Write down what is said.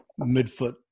midfoot